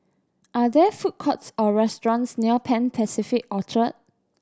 are there food courts or restaurants near Pan Pacific Orchard